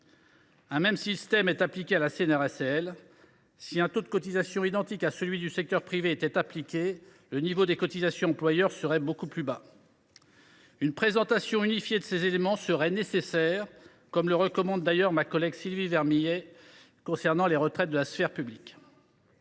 Un même système est appliqué à la CNRACL. Si un taux de cotisation identique à celui du secteur privé était appliqué, le niveau des cotisations employeur serait beaucoup plus faible. Une présentation unifiée de ces éléments serait nécessaire, comme le recommande d’ailleurs notre collègue Sylvie Vermeillet… Notre excellente collègue !… pour les retraites de la sphère publique.